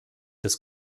des